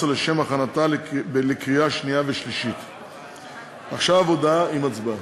ההודעה השנייה היא עם הצבעה.